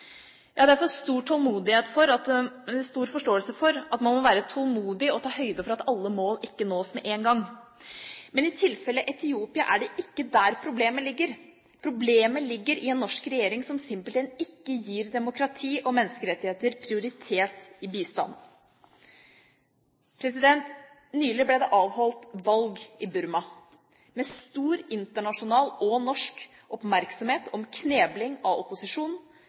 Jeg har derfor stor forståelse for at man må være tålmodig og ta høyde for at alle mål ikke nås med en gang. Men i tilfellet Etiopia er det ikke der problemet ligger. Problemet ligger i en norsk regjering som simpelthen ikke gir demokrati og menneskerettigheter prioritet i bistanden. Nylig ble det avholdt valg i Burma med stor internasjonal, og norsk, oppmerksomhet om knebling av opposisjonen